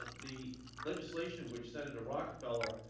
the legislation which senator rockefeller